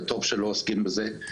וטוב שלא עוסקים בזה.